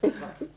יהיה יותר גרוע,